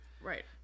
Right